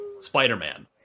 Spider-Man